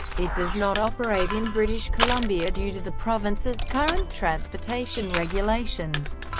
it does not operate in british columbia due to the province's current transportation regulations.